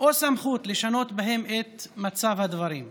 או סמכות לשנות בהם את מצב הדברים.